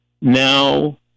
now